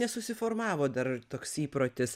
nesusiformavo dar toks įprotis